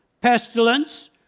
pestilence